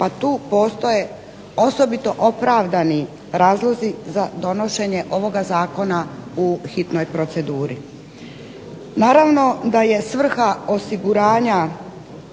pa tu postoje osobito opravdani razlozi za donošenje ovoga zakona u hitnoj proceduri. Naravno da je svrha osiguranja